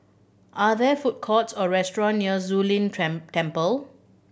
are there food courts or restaurant near Zu Lin Temple